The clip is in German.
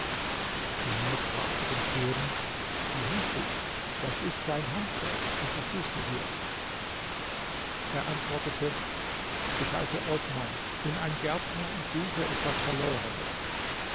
sumurd fragte den kurden wie heißt du was ist dein handwerk und was tust du hier er antwortete ich heiße osmann bin ein gärtner und suche etwas verlorenes